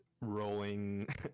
rolling